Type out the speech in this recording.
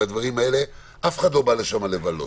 לא מגיעים לשם לבלות.